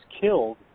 killed